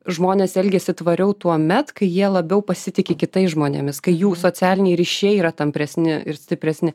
žmonės elgiasi tvariau tuomet kai jie labiau pasitiki kitais žmonėmis kai jų socialiniai ryšiai yra tampresni ir stipresni